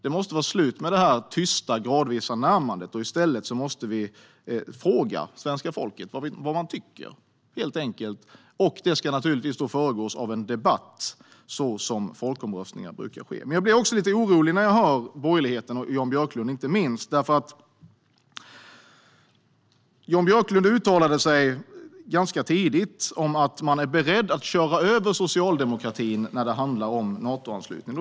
Det måste vara slut med det här tysta, gradvisa närmandet. I stället måste vi helt enkelt fråga det svenska folket vad man tycker. Det ska naturligtvis föregås av en debatt, så som brukar ske vid folkomröstningar. Jag blir också lite orolig när jag hör borgerligheten och inte minst Jan Björklund. Han uttalade sig nämligen ganska tidigt om att man är beredd att köra över socialdemokratin när det handlar om Natoanslutning.